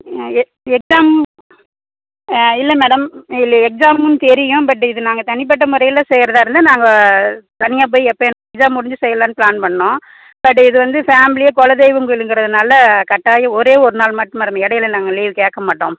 எட் எட்டாம் இல்லை மேடம் இல்லை எக்ஸாமுன்னு தெரியும் பட் இது நாங்கள் தனிப்பட்ட முறையில செய்யறதாக இருந்தால் நாங்கள் தனியாக போய் எப்போ என் எக்ஸாம் முடிஞ்சு செய்யலான்னு பிளான் பண்ணிணோம் பட் இது வந்து ஃபேமிலியே குலதெய்வம் கோயிலுங்கிறதுனாலே கட்டாயம் ஒரே ஒரு நாள் மட்டும் மேடம் இடையில நாங்கள் லீவு கேட்க மாட்டோம்